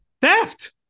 theft